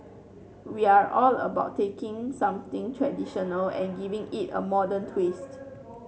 we are all about taking something traditional and giving it a modern twist